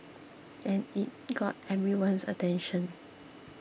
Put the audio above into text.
and it got everyone's attention